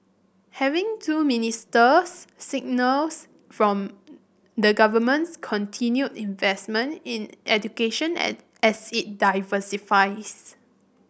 having two ministers signals from the government's continued investment in education at as it diversifies